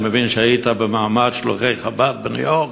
אני מבין שהיית במעמד שלוחי חב"ד בניו-יורק.